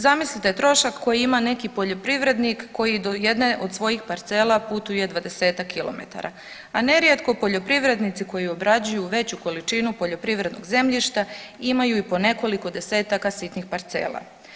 Zamislite trošak koji ima neki poljoprivrednik koji do jedne od svojih parcela putuje 20-ak kilometara, a nerijetko poljoprivrednici koji obrađuju veću količinu poljoprivrednog zemljišta imaju i po nekoliko desetaka sitnih parcela.